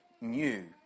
new